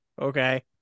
okay